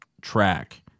track